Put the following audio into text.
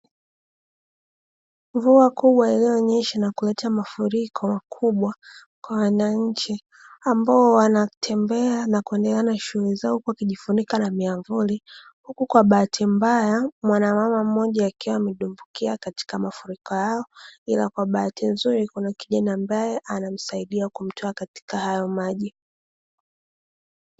Mvua kubwa iliyonyesha na kuleta mafuriko makubwa kwa wananchi ambao wanatembea na kuendelea na shughuli zao huku wakijifunika na miamvuli. Huku kwa bahati mbaya mwanamama mmoja akiwa amedumbukia katika mafuriko hayo ila kwa bahati nzuri kuna kijana ambaye anamsaidia kumtoa katika hayo maji.